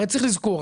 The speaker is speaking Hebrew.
הרי צריך לזכור,